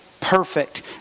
perfect